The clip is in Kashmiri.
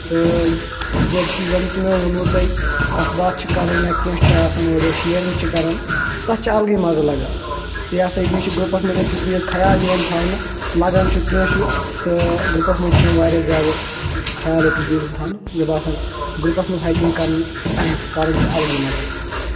تہٕ یِتھ پٲٹھۍ کہِ زَن کہِ مےٚ ووٚنوُ تۄہہِ کَتھ باتھ چھِ کران یا کیٚنٛہہ چھِ آسان اورٕ یورٕ شیرنٛگ چھِ کران تتھ چھِ الگٕے مَزٕ لگان تہٕ یہِ ہسا یہِ بیٚیہِ چھِ گرُپس منٛز أکِس بیٚیِس خیال یِوان تھاونہٕ لگان چھُ کیٚنٛہہ چھُ تہٕ گرُپس منٛز چھُ یِوان واریاہ زیادٕ خیال أکِس بیٚیہِ سُنٛد تھاونہٕ مےٚ باسان گرُپس منٛز ہایکِنگ کرُن کرُن چھُ الگٕے مزٕ